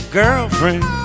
girlfriend